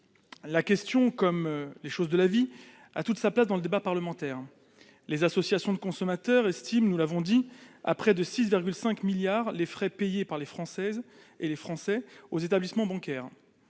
La question, comme les choses de la vie, a toute sa place dans le débat parlementaire : les associations de consommateurs estiment à près de 6,5 milliards d'euros les frais payés par les Françaises et les Français aux établissements bancaires.